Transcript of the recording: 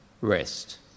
rest